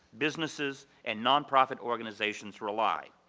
businesses and non-profit organizations rely.